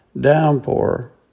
downpour